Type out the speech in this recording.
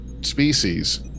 species